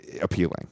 appealing